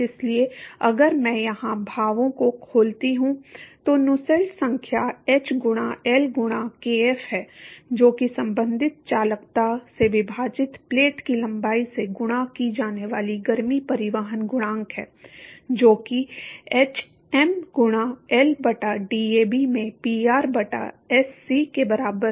इसलिए अगर मैं यहां भावों को खोलता हूं तो नुसेल्ट संख्या एच गुणा एल गुणा केएफ है जो कि संबंधित चालकता से विभाजित प्लेट की लंबाई से गुणा की जाने वाली गर्मी परिवहन गुणांक है जो कि एचएम गुणा एल बटा डीएबी में पीआर बटा एससी के बराबर है